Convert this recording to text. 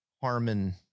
Harmon